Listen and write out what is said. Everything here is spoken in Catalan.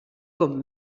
com